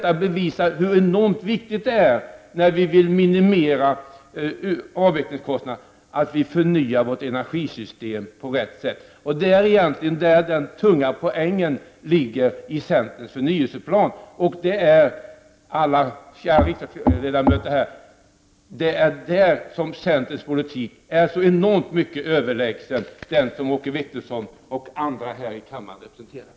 Men det bevisar hur enormt viktigt det är, när vi nu vill minimera avvecklingskostnaderna, att förnya vårt energisystem på rätt sätt. Där ligger den tunga poängen i centerns förnyelseplan. På den punkten är centerns politik enormt överlägsen den politik som Åke Wictorsson och andra ledamöter här i kammaren representerar.